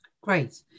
great